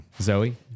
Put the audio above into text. Zoe